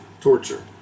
Torture